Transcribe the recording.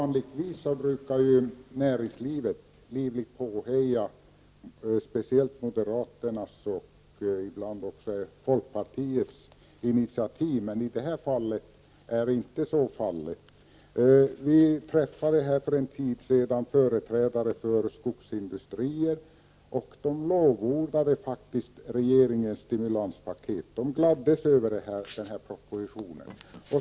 Herr talman! Näringslivet brukar ju livligt påheja speciellt moderaternas men ibland också folkpartiets initiativ. Den här gången är inte detta fallet. För ett år sedan träffade vi företrädare för skogsindustrin. Dessa lovordade faktiskt regeringens stimulanspaket och gladdes över propositionen.